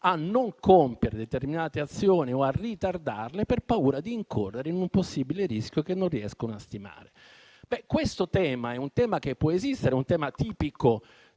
a non compiere determinate azioni o a ritardarle per paura di incorrere in un possibile rischio che non riescono a stimare. Questo tema può esistere ed è tipico